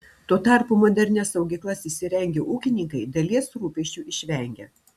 tuo tarpu modernias saugyklas įsirengę ūkininkai dalies rūpesčių išvengia